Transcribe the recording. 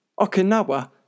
Okinawa